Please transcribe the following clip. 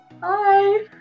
Bye